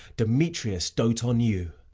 demetrius dote on you.